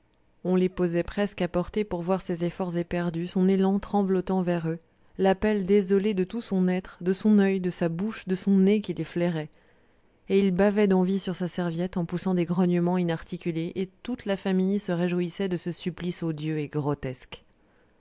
on les posait presque à portée pour voir ses efforts éperdus son élan tremblotant vers eux l'appel désolé de tout son être de son oeil de sa bouche de son nez qui les flairait et il bavait d'envie sur sa serviette en poussant des grognements inarticulés et toute la famille se réjouissait de ce supplice odieux et grotesque